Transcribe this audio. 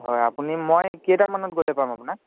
হয় আপুনি মই কেইটামানত গ'লে পাম আপোনাক